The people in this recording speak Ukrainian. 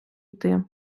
йти